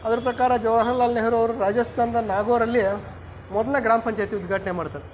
ಅದ್ರ ಪ್ರಕಾರ ಜವಾಹರಲಾಲ್ ನೆಹರೂ ಅವರು ರಾಜಸ್ಥಾನದ ನಾಗೋರಲ್ಲಿ ಮೊದಲ್ನೆ ಗ್ರಾಮ ಪಂಚಾಯಿತಿ ಉದ್ಘಾಟನೆ ಮಾಡ್ತಾರೆ